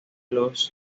los